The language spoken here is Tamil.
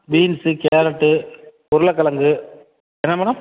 பீன்ஸு கேரட்டு உருளக்கெழங்கு என்ன மேடம்